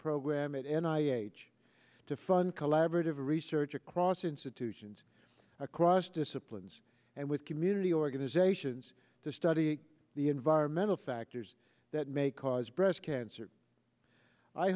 program it and i h to fund collaborative research across institutions across disciplines and with community organizations to study the environmental factors that may cause breast cancer i